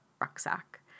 rucksack